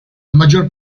maggior